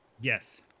Yes